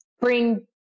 bring